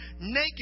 naked